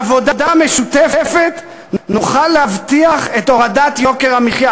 בעבודה משותפת נוכל להבטיח את הורדת יוקר המחיה,